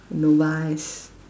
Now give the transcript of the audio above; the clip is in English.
novice